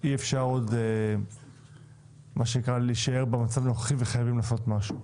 אפשר להישאר במצב הנוכחי וחייבים לעשות משהו.